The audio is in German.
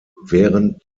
während